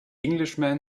englishman